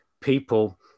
people